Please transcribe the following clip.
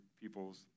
people's